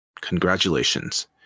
congratulations